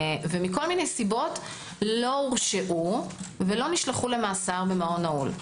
ומסיבות שונות לא הורשעו ולא נשלחו למאסר במעון נעול.